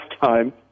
time